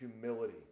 humility